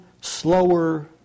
slower